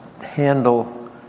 handle